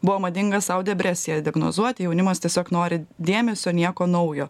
buvo madinga sau depresiją diagnozuoti jaunimas tiesiog nori dėmesio nieko naujo